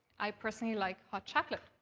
i personally like hot chocolate.